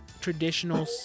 traditional